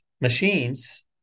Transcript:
machines